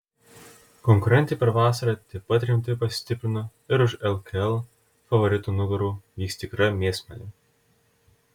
konkurentai per vasarą taip pat rimtai pasistiprino ir už lkl favoritų nugarų vyks tikra mėsmalė